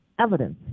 evidence